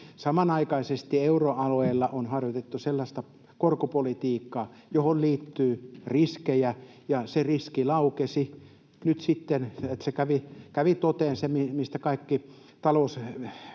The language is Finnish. Samanaikaisesti euroalueella on harjoitettu sellaista korkopolitiikkaa, johon liittyy riskejä, ja se riski laukesi nyt sitten. Kävi toteen se, mitä kaikki talousviisaat